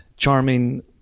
charming